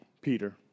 Peter